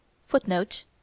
footnote